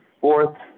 fourth